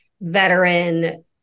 veteran